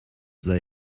they